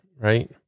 right